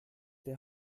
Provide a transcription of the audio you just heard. der